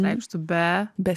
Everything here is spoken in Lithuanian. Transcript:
reikštų be be